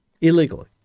Illegally